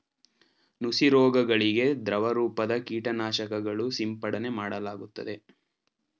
ನುಸಿ ರೋಗಗಳಿಗೆ ದ್ರವರೂಪದ ಕೀಟನಾಶಕಗಳು ಸಿಂಪಡನೆ ಮಾಡಲಾಗುತ್ತದೆ